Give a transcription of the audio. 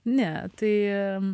ne tai